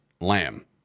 Lamb